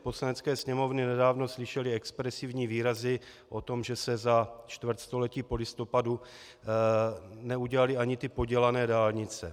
Poslanecké sněmovny nedávno slyšeli expresivní výrazy o tom, že se za čtvrtstoletí po listopadu neudělaly ani ty podělané dálnice.